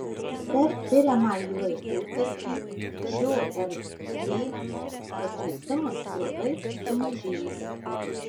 per tiriamąjį laikotarpį šio rv paplitimas labai sumažėjo